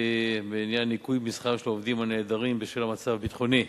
בעניין ניכוי משכר של עובדים הנעדרים בשל המצב הביטחוני,